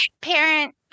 Parent